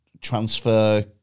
transfer